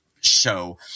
show